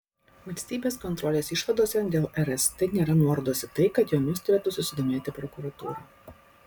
valstybės kontrolės išvadose dėl rst nėra nuorodos į tai kad jomis turėtų susidomėti prokuratūra